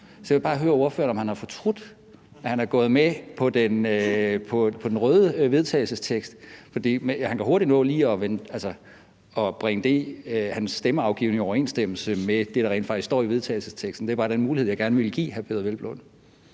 Så jeg vil bare høre ordføreren, om han har fortrudt, at han er gået med på den røde vedtagelsestekst, for han kan hurtigt nå at bringe sin stemmeafgivning i overensstemmelse med det, der rent faktisk står i vedtagelsesteksten. Det er bare den mulighed, jeg gerne vil give hr. Peder